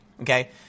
Okay